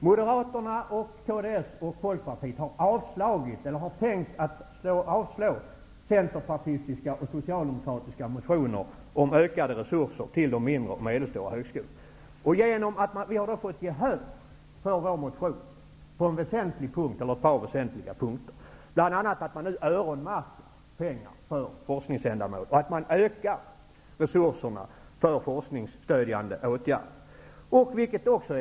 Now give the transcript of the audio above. Moderaterna, kds och Folkpartiet har tänkt avstyrka centerpartistiska och socialdemokratiska motioner om ökade resurser till de mindre och medelstora högskolorna. Vi har fått gehör för vår motion på ett par väsentliga punkter. Bl.a. öronmärks nu pengar för forskningsändamål. Resurserna för forskningsstödjande åtgärder utökas också.